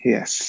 Yes